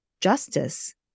justice